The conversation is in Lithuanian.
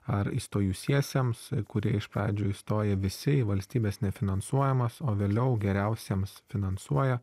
ar įstojusiesiems kurie iš pradžių įstoja visi į valstybės nefinansuojamas o vėliau geriausiems finansuoja